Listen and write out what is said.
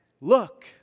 look